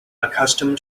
accustomed